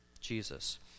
Jesus